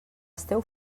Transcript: esteu